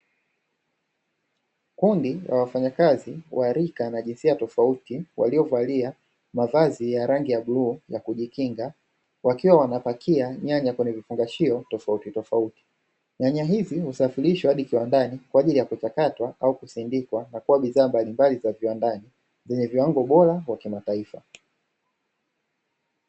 Kundi la wafanyakazi wa rika na jinsia tofauti, waliovalia mavazi ya rangi ya bluu ya kujikinga, wakiwa wanapakia nyanya kwenye vifungashio tofautitofauti. Nyanya hizi husafirishwa hadi kiwandani kwa ajili ya kuchakatwa au kusindikwa na kuwa bidhaa mbalimbali za viwandani zenye viwango bora vya kimataifa.